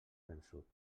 vençut